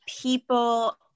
people